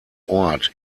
ort